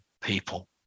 people